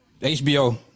HBO